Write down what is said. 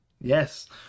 Yes